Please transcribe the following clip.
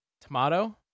Tomato